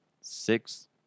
six